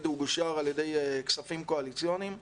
הוא גושר על ידי כספים קואליציוניים,